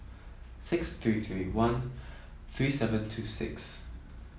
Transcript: six three three one three seven two six